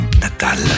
Natal